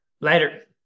Later